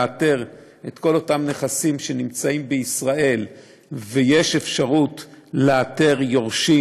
לאתר את כל אותם נכסים שנמצאים בישראל ויש אפשרות לאתר יורשים